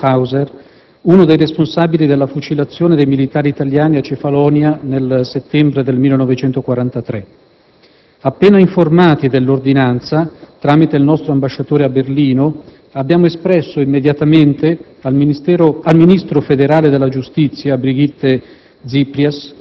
Otmar Mühlhauser, uno dei responsabili della fucilazione dei militari italiani a Cefalonia nel settembre del 1943. Appena informati dell'ordinanza, tramite il nostro ambasciatore a Berlino, abbiamo espresso immediatamente al ministro federale della giustizia, Brigitte